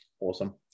Awesome